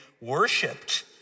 worshipped